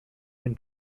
been